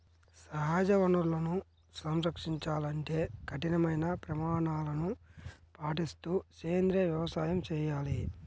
సహజ వనరులను సంరక్షించాలంటే కఠినమైన ప్రమాణాలను పాటిస్తూ సేంద్రీయ వ్యవసాయం చేయాలి